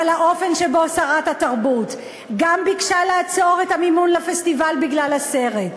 אבל האופן שבו שרת התרבות גם ביקשה לעצור את המימון לפסטיבל בגלל הסרט,